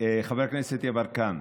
חבר הכנסת יברקן.